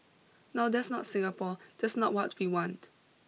now that's not Singapore that's not what we want